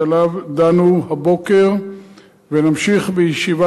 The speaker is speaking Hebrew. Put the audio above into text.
שעליו דנו הבוקר ונמשיך לדון בישיבה